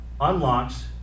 unlocks